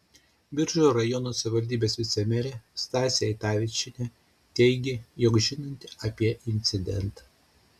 biržų rajono savivaldybės vicemerė stasė eitavičienė teigė jog žinanti apie incidentą